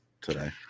today